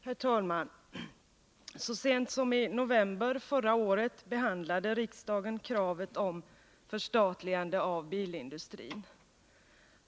Herr talman! Så sent som i november förra året behandlade riksdagen kravet på förstatligande av bilindustrin.